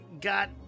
got